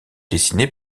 dessiné